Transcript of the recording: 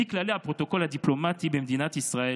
לפי כללי הפרוטוקול הדיפלומטי במדינת ישראל,